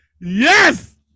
Yes